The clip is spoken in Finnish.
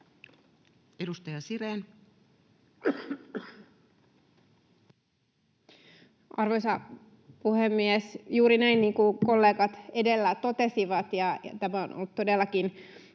Edustaja Sirén. Arvoisa puhemies! Juuri näin, niin kuin kollegat edellä totesivat: tämä on ollut todellakin